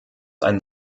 ein